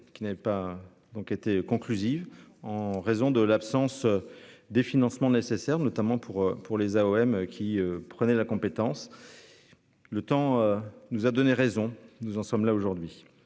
qui n'avait pas donc été conclusive en raison de l'absence. Des financements nécessaires notamment pour pour les AOM qui prenait la compétence. Le temps nous a donné raison, nous en sommes là aujourd'hui